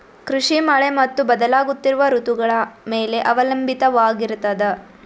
ಕೃಷಿ ಮಳೆ ಮತ್ತು ಬದಲಾಗುತ್ತಿರುವ ಋತುಗಳ ಮೇಲೆ ಅವಲಂಬಿತವಾಗಿರತದ